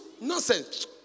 nonsense